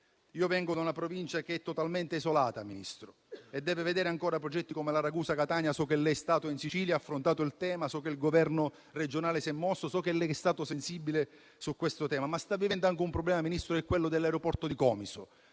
Io vengo da una provincia che è totalmente isolata, signor Ministro, che deve vedere ancora realizzati progetti come la Ragusa-Catania. So che lei è stato in Sicilia, ha affrontato il tema; so che il Governo regionale si è mosso e che lei è stato sensibile su questo tema, ma stiamo vivendo anche il problema dell'aeroporto di Comiso,